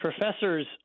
professors